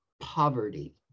poverty